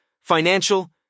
financial